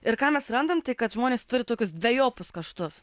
ir ką mes randam tai kad žmonės turi tokius dvejopus kaštus